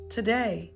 Today